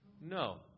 No